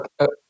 Okay